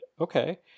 okay